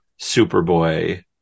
Superboy